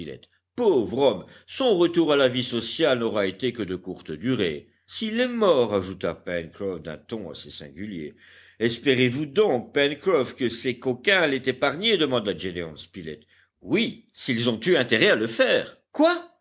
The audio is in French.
pauvre homme son retour à la vie sociale n'aura été que de courte durée s'il est mort ajouta pencroff d'un ton assez singulier espérez-vous donc pencroff que ces coquins l'aient épargné demanda gédéon spilett oui s'ils ont eu intérêt à le faire quoi